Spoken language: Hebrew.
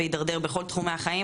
ויידרדר בכל תחומי החיים,